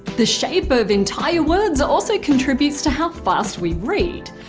the shape of entire words also contributes to how fast we read.